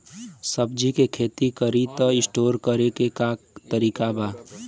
सब्जी के खेती करी त स्टोर करे के का तरीका बा?